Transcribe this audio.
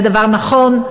זה דבר נכון,